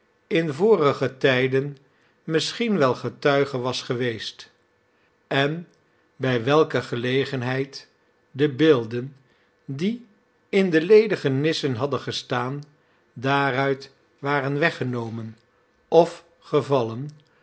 in vorige tijden misschien wel getuige was geweest en bij welke gelegenheid de beelden die in de ledige nissen hadden gestaan daaruit waren weggenomen of